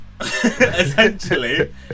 Essentially